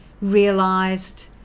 realised